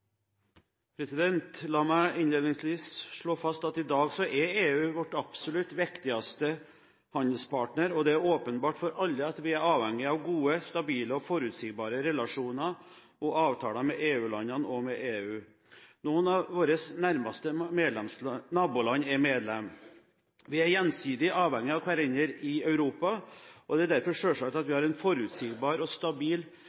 La meg innledningsvis slå fast at i dag er EU vår absolutt viktigste handelspartner, og det er åpenbart for alle at vi er avhengig av gode, stabile og forutsigbare relasjoner og avtaler med EU-landene og med EU. Noen av våre nærmeste naboland er medlem. Vi er gjensidig avhengig av hverandre i Europa, og det er derfor selvsagt at vi